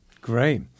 Great